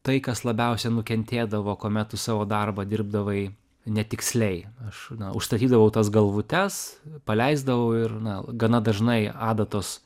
tai kas labiausiai nukentėdavo kuomet tu savo darbą dirbdavai netiksliai aš na užstatydavau tas galvutes paleisdavau ir na gana dažnai adatos